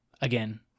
again